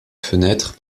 fenêtre